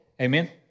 Amen